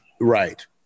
Right